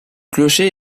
clocher